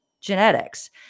genetics